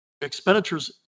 expenditures